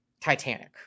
Titanic